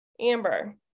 Amber